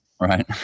Right